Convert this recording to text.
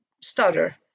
stutter